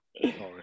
Sorry